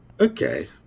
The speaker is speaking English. Okay